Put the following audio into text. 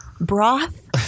Broth